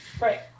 Right